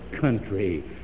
country